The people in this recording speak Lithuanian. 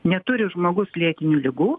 neturi žmogus lėtinių ligų